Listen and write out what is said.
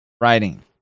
writing